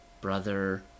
brother